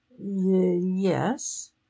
Yes